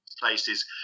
places